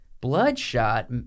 Bloodshot